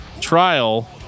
trial